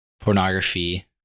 pornography